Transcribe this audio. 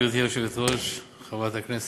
גברתי היושבת-ראש, תודה, חברת הכנסת